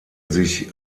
sich